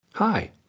Hi